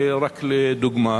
רק לדוגמה: